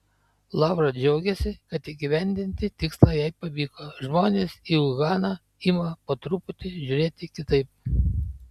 laura džiaugiasi kad įgyvendinti tikslą jai pavyko žmonės į uhaną ima po truputį žiūrėti kitaip